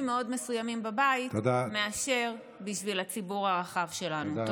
מאוד מסוימים בבית ולא בשביל הציבור הרחב שלנו.